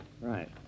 Right